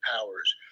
Powers